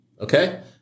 Okay